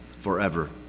forever